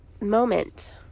moment